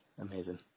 Amazing